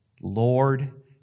Lord